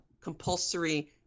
compulsory